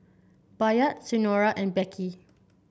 Bayard Senora and Beckie